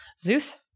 Zeus